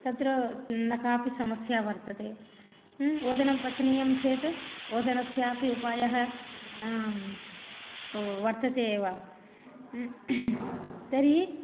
तत्र न कापि समस्या वर्तते ओदनं पचनीयं चेत् ओदनस्यापि उपायः वर्तते एव तर्हि